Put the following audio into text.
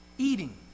Eating